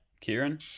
Kieran